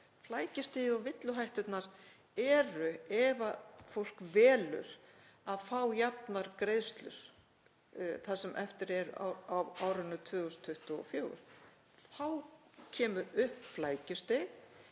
Flækjustigið og villuhætturnar eru ef fólk velur að fá jafnar greiðslur það sem eftir er á árinu 2024. Þá kemur upp flækjustig